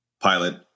pilot